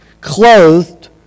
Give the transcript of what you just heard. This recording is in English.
clothed